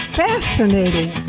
fascinating